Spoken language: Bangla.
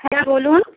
হ্যালো বলুন